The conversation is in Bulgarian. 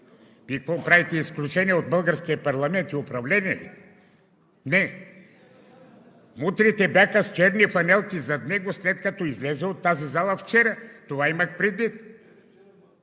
И какво – правите изключение от българския парламент и управлението ли? Не мутрите бяха с черни фланелки зад него, след като вчера излезе от залата. Това имах предвид.